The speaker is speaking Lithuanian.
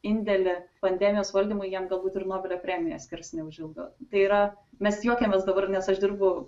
indėlį pandemijos valdymui jiem galbūt ir nobelio premiją skirs neužilgo tai yra mes juokiamės dabar nes aš dirbu